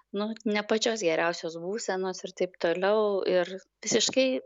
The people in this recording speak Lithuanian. nu ne pačios geriausios būsenos ir taip toliau ir visiškai